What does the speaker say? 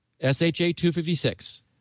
SHA-256